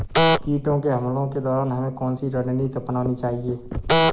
कीटों के हमलों के दौरान हमें कौन सी रणनीति अपनानी चाहिए?